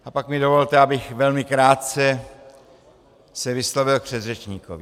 A pak mi dovolte, abych se velmi krátce vyslovil k předřečníkovi.